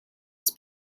his